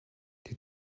die